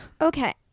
Okay